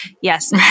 Yes